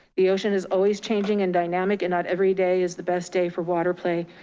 the ocean is always changing and dynamic and not every day is the best day for water play,